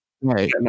Right